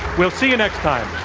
we'll see you next time.